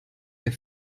der